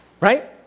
Right